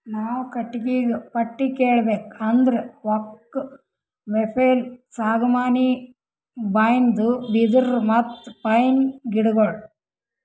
ನಾವ್ ಕಟ್ಟಿಗಿಗಾ ಪಟ್ಟಿ ಹೇಳ್ಬೇಕ್ ಅಂದ್ರ ಓಕ್, ಮೇಪಲ್, ಸಾಗುವಾನಿ, ಬೈನ್ದು, ಬಿದಿರ್, ಮತ್ತ್ ಪೈನ್ ಗಿಡಗೋಳು